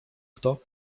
kto